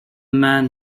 man